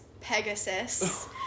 pegasus